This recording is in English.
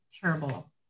terrible